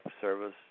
service